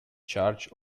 charge